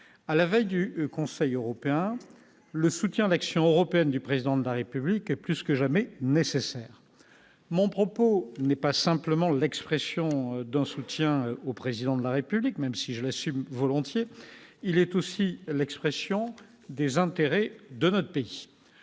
à la veille du Conseil européen, le soutien à l'action européenne du président de la République est plus que jamais nécessaire, mon propos n'est pas simplement l'expression d'un soutien au président de la République, même si je l'assume volontiers, il est aussi l'expression des intérêts de notre pays,